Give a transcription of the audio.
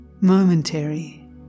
momentary